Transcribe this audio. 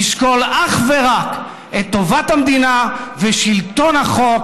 נשקול אך ורק את טובת המדינה ושלטון החוק,